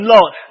Lord